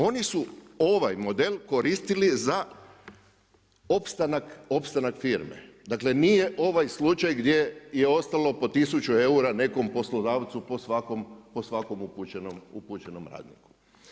Oni su ovaj model koristili za opstanak firme, dakle nije ovaj slučaj gdje je ostalo po 1000 eura nekom poslodavcu po svakom upućenom radniku.